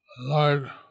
Lord